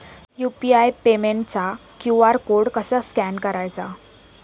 UPI पेमेंटचा QR code कसा scan करायचा?